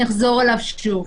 אני אחזור עליו שוב.